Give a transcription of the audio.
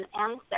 answer